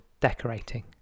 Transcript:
decorating